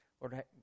Lord